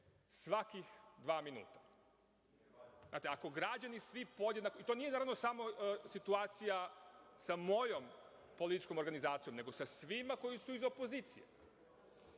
svaka dva minuta. Ako građani svi podjednako… To nije naravno samo situacija sa mojom političkom organizacijom, nego sa svima koji su iz opozicije.